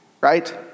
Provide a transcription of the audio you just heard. Right